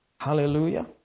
Hallelujah